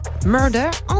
Murder